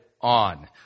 on